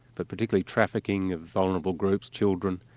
but particularly trafficking of vulnerable groups, children,